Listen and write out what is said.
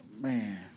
Man